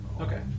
Okay